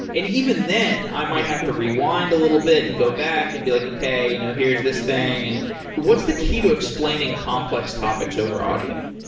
and even then, i might have to rewind a little bit and go back and be like, okay. you know here's this thing. and what's the key to explaining complex topics over audio?